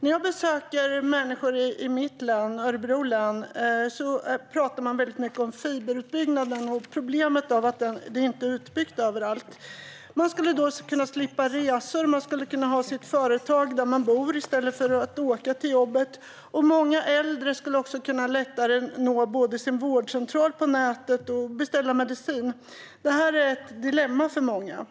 När jag besöker människor i mitt hemlän, Örebro län, pratar de mycket om fiberutbyggnaden. Problemet är att fiber inte har byggts ut överallt. De skulle slippa resor, och de skulle kunna ha företaget där de bor i stället för att åka till jobbet. Många äldre skulle lättare nå vårdcentralen på nätet och beställa medicin. Det här är ett dilemma för många.